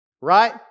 Right